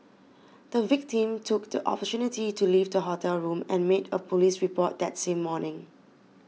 the victim took the opportunity to leave the hotel room and made a police report that same morning